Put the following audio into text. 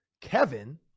Kevin